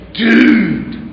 dude